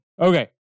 Okay